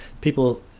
people